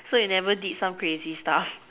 so you never did some crazy stuff